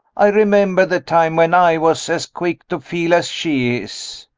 i remember the time when i was as quick to feel as she is.